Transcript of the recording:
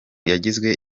yagizwe